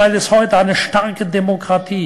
ישראל היום היא דמוקרטיה